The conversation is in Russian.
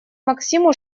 максиму